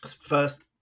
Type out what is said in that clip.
first